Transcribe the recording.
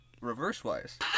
Reverse-wise